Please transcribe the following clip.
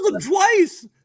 twice